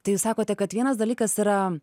tai jūs sakote kad vienas dalykas yra